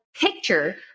picture